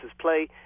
play